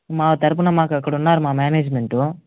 మా తరుపున మాకక్కడ ఉన్నారు మా మేనేజుమెంటు